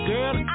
Girl